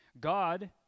God